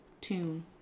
tune